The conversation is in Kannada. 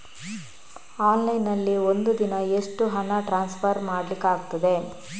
ಆನ್ಲೈನ್ ನಲ್ಲಿ ಒಂದು ದಿನ ಎಷ್ಟು ಹಣ ಟ್ರಾನ್ಸ್ಫರ್ ಮಾಡ್ಲಿಕ್ಕಾಗ್ತದೆ?